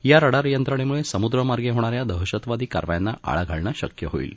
या रडार यंत्रणेमुळे समुद्रमागें होणा या दहशतवादी कारवायांना आळा घालणं शक्य होईल